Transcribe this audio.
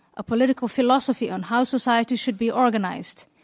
a political philosophy on how society should be organized.